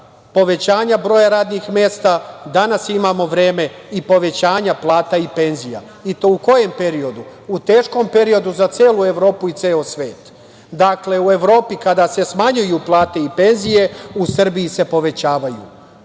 povećanja broja radnih mesta, danas imamo vreme i povećanja plata i penzija. I to u kom periodu? U teškom periodu za celu Evropu i ceo svet. Dakle, u Evropi kada se smanjuju plate i penzije, u Srbiji se povećavaju.